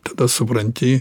tada supranti